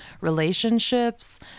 relationships